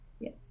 Yes